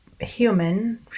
human